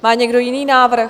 Má někdo jiný návrh?